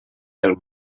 del